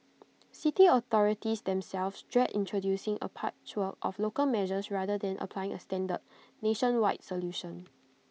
city authorities themselves dread introducing A patchwork of local measures rather than applying A standard nationwide solution